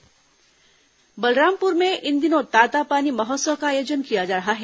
तातापानी महोत्सव बलरामपुर में इन दिनों तातापानी महोत्सव का आयोजन किया जा रहा है